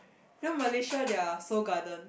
you know Malaysia their Seoul-Garden